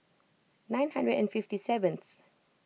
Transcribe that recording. nine hundred and fifty seventh